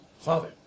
Father